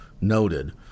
noted